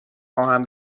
آهن